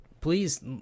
please